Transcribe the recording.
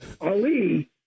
Ali